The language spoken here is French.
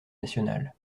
nationales